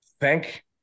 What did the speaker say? thank